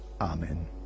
Amen